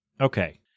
Okay